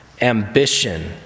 ambition